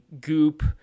Goop